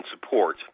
support